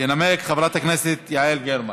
תנמק חברת הכנסת יעל גרמן.